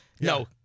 No